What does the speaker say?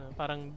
parang